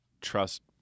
trust